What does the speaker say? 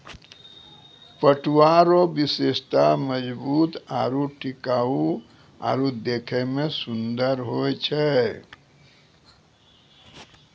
पटुआ रो विशेषता मजबूत आरू टिकाउ आरु देखै मे सुन्दर होय छै